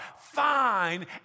fine